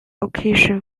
occasion